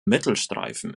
mittelstreifen